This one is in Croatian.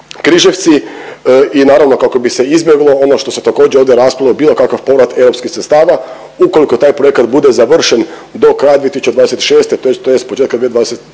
Križevci i naravno kako bi se izbjeglo ono što se također ovdje raspravljalo, bilo kakav povrat europskih sredstava ukoliko taj projekata bude završen do kraja 2026.